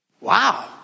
Wow